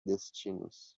destinos